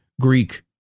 Greek